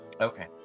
Okay